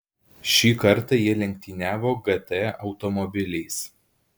šį kartą jie lenktyniavo gt automobiliais